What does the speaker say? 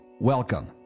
Welcome